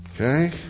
Okay